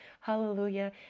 Hallelujah